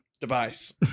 device